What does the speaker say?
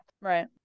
Right